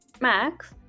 Max